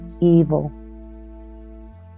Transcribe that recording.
evil